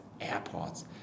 airports